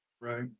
right